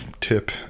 tip